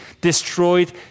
destroyed